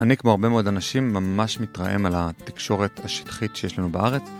אני כמו הרבה מאוד אנשים ממש מתרעם על התקשורת השטחית שיש לנו בארץ.